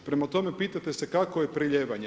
Prema tome, pitate se kakvo je prelijevanje.